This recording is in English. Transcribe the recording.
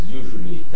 usually